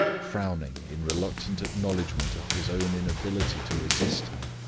frowning in reluctant acknowledgment of his own inability to resist her,